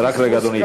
רק רגע, אדוני.